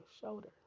shoulder